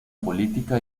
política